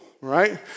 right